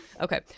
Okay